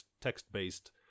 text-based